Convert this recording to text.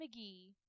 McGee